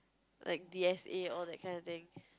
like D_S_A all that kind of thing